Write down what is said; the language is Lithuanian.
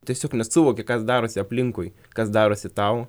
tiesiog nesuvoki kas darosi aplinkui kas darosi tau